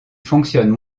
fonctionnent